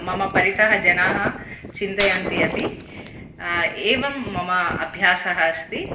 मम परितः जनाः चिन्तयन्ति अपि एवं मम अभ्यासः अस्ति